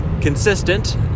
consistent